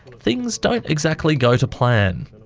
things don't exactly go to plan.